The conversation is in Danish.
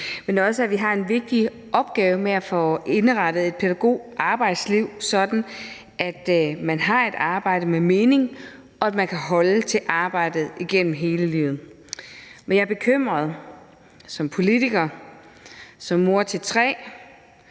men også i, at vi har en vigtig opgave med at få indrettet et pædagogarbejdsliv sådan, at man har et arbejde med mening, og at man kan holde til arbejdet igennem hele livet. Men jeg er bekymret som politiker, som mor til tre